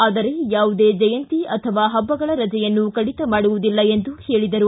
ಆದರೆ ಯಾವುದೇ ಜಯಂತಿ ಅಥವಾ ಹಬ್ಬಗಳ ರಜೆಯನ್ನು ಕಡಿತ ಮಾಡುವುದಿಲ್ಲ ಎಂದು ಹೇಳಿದರು